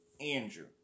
Andrew